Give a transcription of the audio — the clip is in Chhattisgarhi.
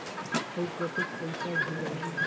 अउ कतेक पइसा भेजाही?